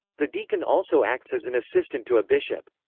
the deacon also acts as an assistant to a bishop.